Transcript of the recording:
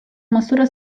măsură